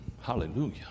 Hallelujah